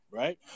right